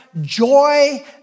joy